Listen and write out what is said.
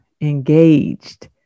engaged